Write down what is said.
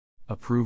approval